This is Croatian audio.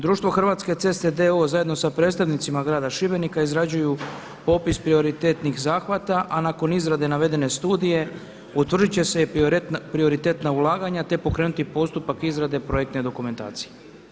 Društvo Hrvatske ceste d.o.o. zajedno sa predstavnicima Grada Šibenika izrađuju opis prioritetnih zahvata a nakon izrade navedene studije utvrdit će se i prioritetna ulaganja te pokrenuti postupak izrade projektne dokumentacije.